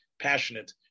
passionate